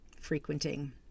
frequenting